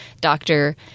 doctor